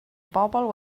bobl